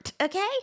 okay